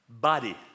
body